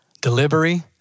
delivery